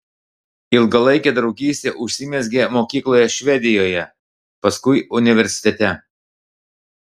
ilgalaikė draugystė užsimezgė mokykloje švedijoje paskui universitete